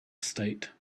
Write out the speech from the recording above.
state